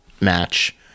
match